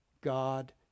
God